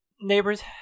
neighbors